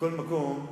מכל מקום,